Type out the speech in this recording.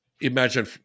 Imagine